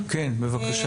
כן, בבקשה.